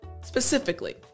specifically